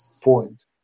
point